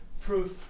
proof